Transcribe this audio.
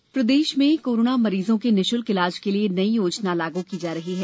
निशुल्क इलाज प्रदेश में कोरोना मरीजों के निःशुल्क इलाज के लिए नई योजना लागू की जा रही है